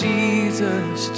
Jesus